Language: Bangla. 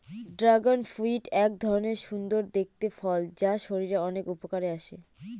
ড্রাগন ফ্রুইট এক ধরনের সুন্দর দেখতে ফল যা শরীরের অনেক উপকারে আসে